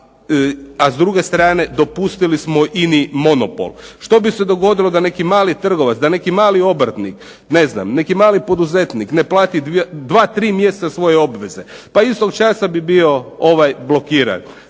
a s druge strane dopustili smo INA-i monopol. Što bi se dogodilo da neki mali trgovac, da neki mali obrtnik, neki mali poduzetnik ne plati dva, tri mjeseca svoje obveze, pa istoga časa bi bio blokiran.